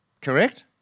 correct